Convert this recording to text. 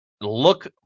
Look